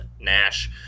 Nash